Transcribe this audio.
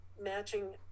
matching